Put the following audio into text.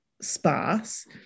sparse